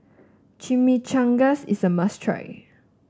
Chimichangas is a must try